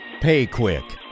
PayQuick